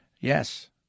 yes